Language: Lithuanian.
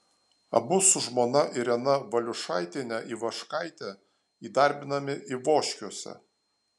abu su žmona irena valiušaitiene ivaškaite įdarbinami ivoškiuose